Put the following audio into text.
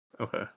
Okay